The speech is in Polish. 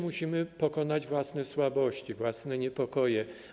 Musimy pokonać własne słabości, własne niepokoje.